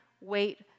wait